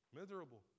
miserable